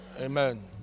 Amen